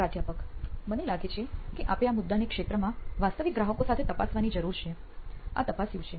પ્રાધ્યાપક મને લાગે છે કે આપે આ મુદ્દાને ક્ષેત્રમાં વાસ્તવિક ગ્રાહકો સાથે તપાસવાની જરૂર છે આ તપાસ્યું છે